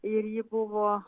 ir ji buvo